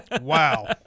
Wow